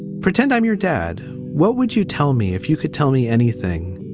pretend i'm your dad. what would you tell me if you could tell me anything?